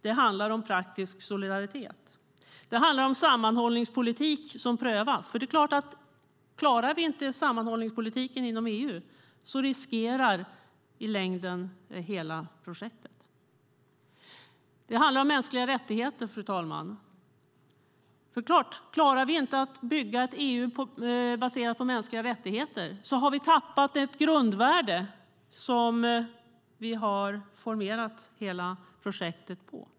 Det handlar om praktisk solidaritet, om en sammanhållningspolitik som prövas. Klarar vi inte sammanhållningspolitiken inom EU riskerar det i längden hela projektet. Det handlar, fru talman, om mänskliga rättigheter. Klarar vi inte att bygga ett EU baserat på mänskliga rättigheter har vi tappat ett grundvärde på vilket vi formerat hela projektet.